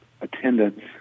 attendance